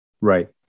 Right